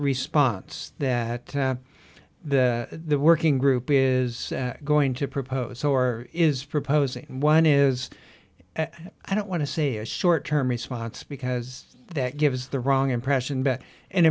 response that the working group is going to propose or is proposing one is i don't want to see a short term response because that gives the wrong impression